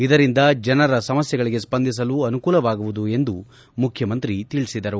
ಇದರಿಂದ ಜನರ ಸಮಸ್ನೆಗಳಿಗೆ ಸ್ವಂದಿಸಲು ಅನುಕೂಲವಾಗುವುದು ಎಂದು ಮುಖ್ಯಮಂತ್ರಿ ಹೇಳದರು